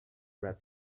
red